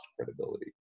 credibility